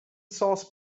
source